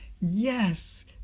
yes